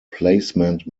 placement